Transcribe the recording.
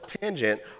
tangent